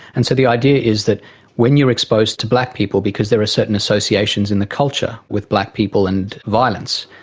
and so the idea is that when you are exposed to black people, because there are certain associations in the culture with black people and violence,